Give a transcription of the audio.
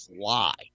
fly